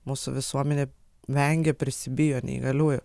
mūsų visuomenė vengia prisibijo neįgaliųjų